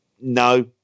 no